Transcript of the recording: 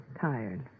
tired